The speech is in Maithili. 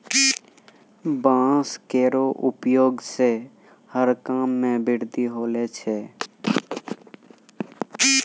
बांस केरो उपयोग सें हरे काम मे वृद्धि होलो छै